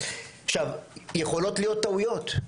יכולות להיות טעויות.